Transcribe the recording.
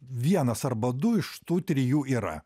vienas arba du iš tų trijų yra